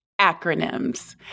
acronyms